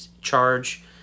charge